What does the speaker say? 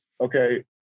okay